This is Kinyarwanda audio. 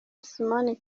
simon